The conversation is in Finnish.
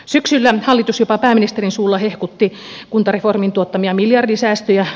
syksyllä hallitus jopa pääministerin suulla hehkutti kuntareformin tuottamia miljardisäästöjä